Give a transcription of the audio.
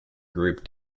group